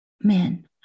men